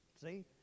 See